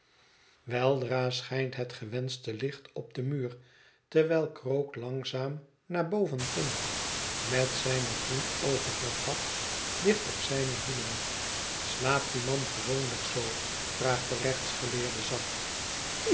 weldra schijnt het gewenschte licht op den muur terwijl krook langzaam naar boven komt met zijne groenoogige kat dicht op zijne hielen slaapt die man gewoonlijk zoo vraagt de rechtsgeleerde zacht